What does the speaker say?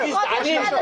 גזענים.